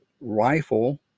rifle